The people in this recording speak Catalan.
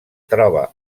troba